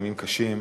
ימים קשים,